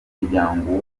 muryango